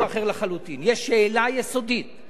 והשר מיכאל איתן, ברוב הגינותו, אמר את זה.